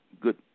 good